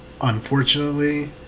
unfortunately